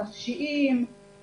נפשיים,